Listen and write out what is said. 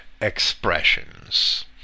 expressions